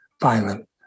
violent